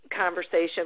conversation